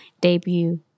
debut